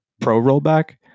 pro-rollback